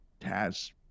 Taz